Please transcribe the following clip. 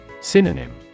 Synonym